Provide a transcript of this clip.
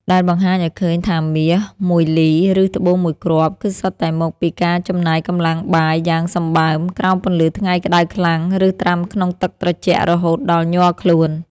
ដែលបង្ហាញឱ្យឃើញថាមាសមួយលី ឬត្បូងមួយគ្រាប់ គឺសុទ្ធតែបានមកពីការចំណាយកម្លាំងបាយយ៉ាងសំបើម ក្រោមពន្លឺថ្ងៃក្ដៅខ្លាំង ឬត្រាំក្នុងទឹកត្រជាក់រហូតដល់ញ័រខ្លួន។